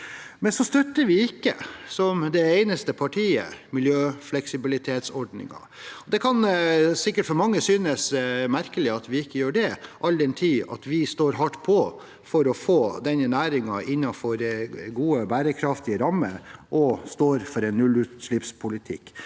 Likevel støtter vi ikke – som det eneste partiet – miljøfleksibilitetsordningen. Det kan sikkert for mange synes merkelig at vi ikke gjør det, all den tid vi står hardt på for å få denne næringen innenfor gode og bærekraftige rammer og står for en nullutslippspolitikk,